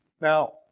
Now